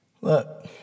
Look